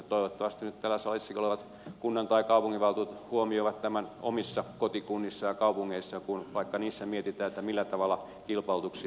toivottavasti nyt täällä salissakin olevat kunnan tai kaupunginvaltuutetut huomioivat tämän omissa kotikunnissaan ja kaupungeissaan kun vaikka niissä mietitään millä tavalla kilpailutuksia järjestetään